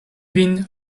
vin